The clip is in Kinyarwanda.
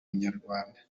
munyarwanda